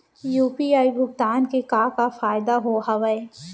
UPI भुगतान के का का फायदा हावे?